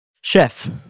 Chef